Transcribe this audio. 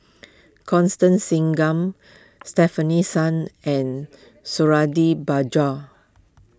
Constance Singam Stefanie Sun and Suradi Parjo